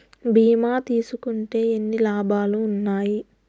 బీమా తీసుకుంటే ఎన్ని లాభాలు ఉన్నాయి?